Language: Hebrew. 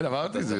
כן, אמרתי את זה.